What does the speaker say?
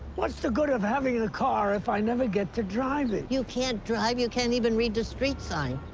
what's the good of having a car if i never get to drive it? you can't drive. you can't even read the street sign.